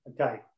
Okay